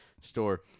store